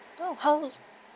oh how was